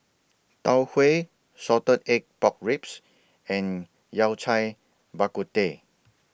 Tau Huay Salted Egg Pork Ribs and Yao Cai Bak Kut Teh